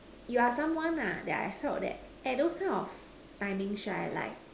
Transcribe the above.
yeah someone lah that I hair that at those kind of timings sure I like